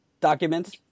documents